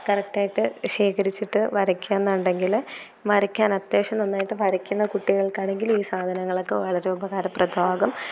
correct അയിട്ട് ശേഖരിച്ചിട്ട് വരയ്ക്കാമെന്നുണ്ടെങ്കിൽ വരയ്ക്കാൻ അത്യാവശ്യം നന്നായിട്ട് വരയ്ക്കുന്ന കുട്ടികൾക്ക് ആണെങ്കിൽ ഇ സാധനങ്ങളൊക്കെ വളരെ ഉപകാരപ്രഥം ആകും